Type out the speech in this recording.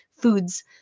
foods